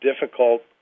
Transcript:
difficult